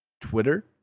Twitter